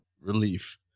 relief